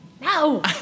No